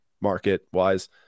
market-wise